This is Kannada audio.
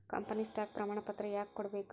ಕಂಪನಿ ಸ್ಟಾಕ್ ಪ್ರಮಾಣಪತ್ರ ಯಾಕ ಕೊಡ್ಬೇಕ್